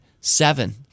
seven